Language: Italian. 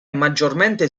maggiormente